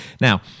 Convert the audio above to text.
Now